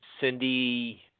Cindy